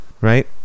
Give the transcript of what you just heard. right